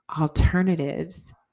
alternatives